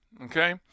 Okay